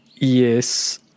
Yes